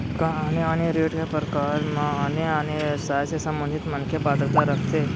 का आने आने ऋण के प्रकार म आने आने व्यवसाय से संबंधित मनखे पात्रता रखथे?